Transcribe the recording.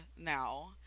now